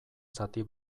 zati